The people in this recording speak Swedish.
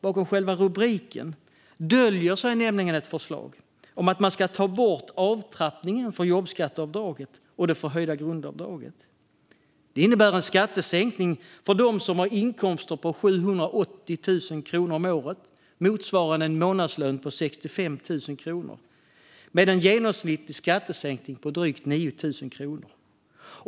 Bakom själva rubriken döljer sig nämligen ett förslag om att man ska ta bort avtrappningen för jobbskatteavdraget och det förhöjda grundavdraget. Det innebär en skattesänkning för dem som har inkomster på 780 000 kronor om året, motsvarande en månadslön på 65 000 kronor, på drygt 9 000 kronor.